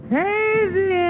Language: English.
Crazy